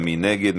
מי נגד?